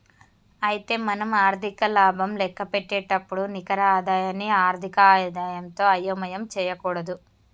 అయితే మనం ఆర్థిక లాభం లెక్కపెట్టేటప్పుడు నికర ఆదాయాన్ని ఆర్థిక ఆదాయంతో అయోమయం చేయకూడదు